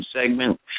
segment